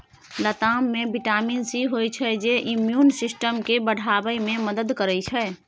लताम मे vitamin C होइ छै जे इम्युन सिस्टम केँ बढ़ाबै मे मदद करै छै